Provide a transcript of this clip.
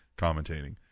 commentating